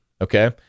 Okay